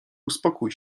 uspokój